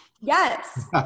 Yes